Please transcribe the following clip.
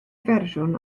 fersiwn